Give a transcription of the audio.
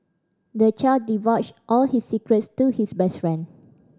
the child divulged all his secrets to his best friend